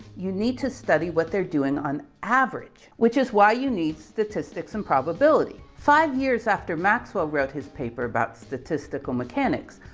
you need to study what they're doing on average, which is why you need statistics and probability. five years after maxwell wrote his paper about statistical mechanics,